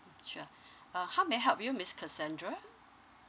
sure uh how may I help you miss cassandra